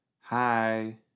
Hi